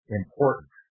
important